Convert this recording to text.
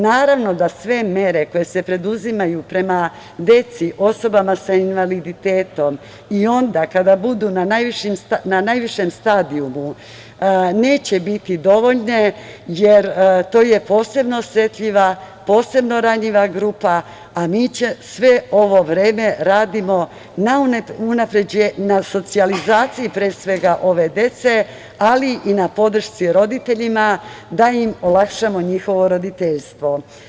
Naravno da sve mere koje se preduzimaju prema deci, osobama sa invaliditetom i onda kada budu na najvišem stadijumu neće biti dovoljne, jer to je posebno osetljiva, posebno ranjiva grupa, a mi sve ovo vreme radimo na socijalizaciji ove dece, ali i na podršci roditeljima, da im olakšamo njihovo roditeljstvo.